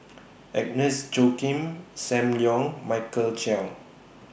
Agnes Joaquim SAM Leong Michael Chiang